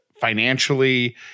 financially